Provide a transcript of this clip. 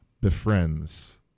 befriends